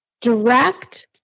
direct